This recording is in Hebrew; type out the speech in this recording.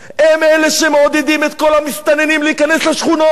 הם אלה שמעודדים את כל המסתננים להיכנס לשכונות,